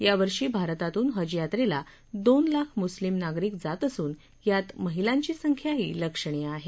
यावर्षी भारतातून हजयात्रेला दोन लाख मुस्लिम नागरिक जात असून यात महिलांची संख्याही लक्षणीय आहे